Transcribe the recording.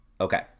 Okay